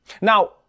Now